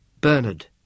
Bernard